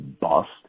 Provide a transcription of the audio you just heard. bust